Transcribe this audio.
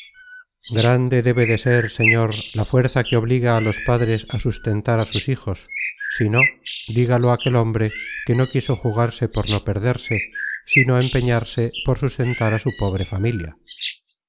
grande debe de ser señor la fuerza que obliga a los padres á sustentar a sus hijos si no dígalo aquel hombre que no quiso jugarse por no perderse sino empeñarse por sustentar á su pobre familia